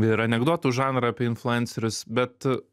ir anekdotų žanrą apie influencerius bet